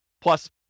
plus